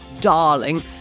darling